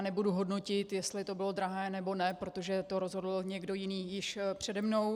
Nebudu hodnotit, jestli to bylo drahé, nebo ne, protože to rozhodl někdo jiný již přede mnou.